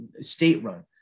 state-run